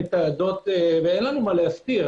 שמתעדות ואין לנו מה להסתיר.